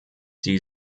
die